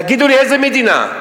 תגידו לי, איזו מדינה?